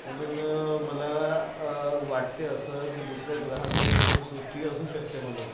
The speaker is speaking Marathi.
म्हणून मला वाटते असं की दुसऱ्या ग्रहांवर जीवन सृष्टी असू शकते म्हणून